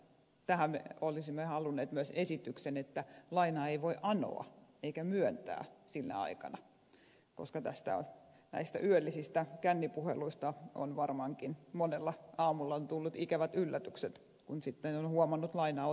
tähän olisimme halunneet myös esityksen että lainaa ei voi anoa eikä myöntää sinä aikana koska näistä yöllisistä kännipuheluista on varmaankin monella tullut ikävät yllätykset aamulla kun sitten on huomannut lainaa ottaneensa